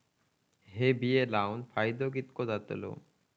हे बिये लाऊन फायदो कितको जातलो?